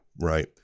right